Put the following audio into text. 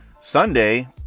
Sunday